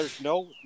no